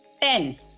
ten